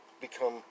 become